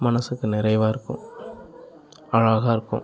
மனதுக்கு நிறைவாக இருக்கும் அழகாக இருக்கும்